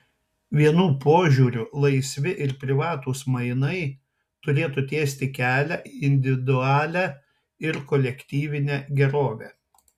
vienų požiūriu laisvi ir privatūs mainai turėtų tiesti kelią į individualią ir kolektyvinę gerovę